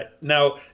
Now